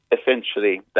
essentially